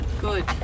Good